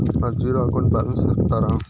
నా zero account balance సెప్తారా?